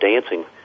dancing